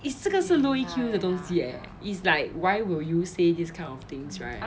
it's 这个是 low E_Q 的东西 eh it's like why will you say this kind of things right